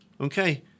okay